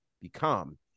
become